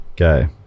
Okay